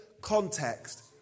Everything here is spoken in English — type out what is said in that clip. context